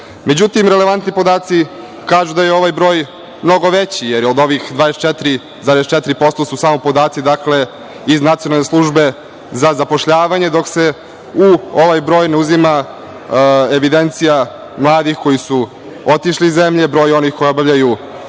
Međutim, relevantni podaci kažu da je ovaj broj mnogo veći, jer od ovih 24,4% su samo podaci iz Nacionalne službe za zapošljavanje, dok se u ovaj broj ne uzima evidencija mladih koji su otišli iz zemlje, broj onih koji obavljaju